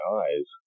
eyes